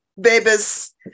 babies